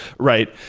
right?